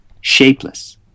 shapeless